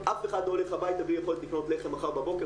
אף אחד לא הולך הביתה בלי יכולת לקנות לחם מחר בבוקר,